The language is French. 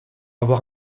avoir